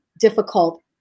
difficult